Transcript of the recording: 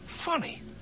Funny